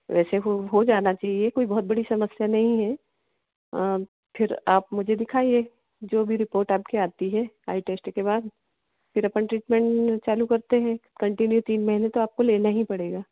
वैसे हो हो जाना चाहिए कोई बहुत बड़ी समस्या नहीं है फिर आप मुझे दिखाइए जो भी रिपोर्ट आपकी आती है आई टेस्ट के बाद फिर अपन ट्रीटमेंट चालू करते हैं कंटिन्यू तीन महीने तो आपको लेना ही पड़ेगा